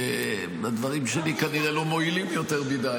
שהדברים שלי כנראה לא מועילים יותר מדי,